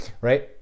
right